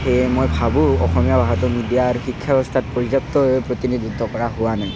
সেয়ে মই ভাবো অসমীয়া ভাষাটো মিডিয়াৰ শিক্ষা ব্যৱস্থাত পৰ্যাপ্ত প্ৰতিনিধিত্ব কৰা হোৱা নাই